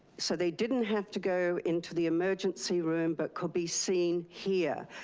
so they didn't have to go into the emergency room, but could be seen here.